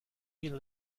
you